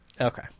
Okay